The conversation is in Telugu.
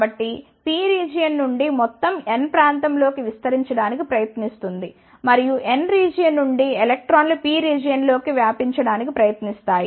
కాబట్టి P రీజియన్ నుండి మొత్తం N ప్రాంతం లోకి విస్తరించడానికి ప్రయత్నిస్తుంది మరియు N రీజియన్ నుండి ఎలక్ట్రాన్లు P రీజియన్ లోకి వ్యాపించటానికి ప్రయత్నిస్తాయి